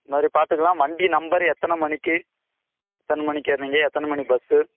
இது மாதிரி பார்த்துக்கலாம் வண்டி நம்பர் எத்தனை மணிக்கு எத்தனை மணிக்கு ஏறுனீங்க எத்தனை மணி பஸ்ஸு